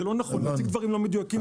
זה לא נכון, אתה מציג דברים שאינם מדויקים.